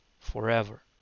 forever